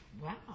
Wow